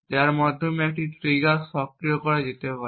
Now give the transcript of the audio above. যার মাধ্যমে একটি ট্রিগার সক্রিয় করা যেতে পারে